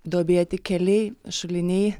duobėti keliai šuliniai